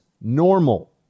normal